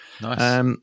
Nice